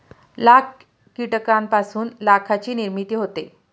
लाख कीटकांपासून लाखाची निर्मिती होते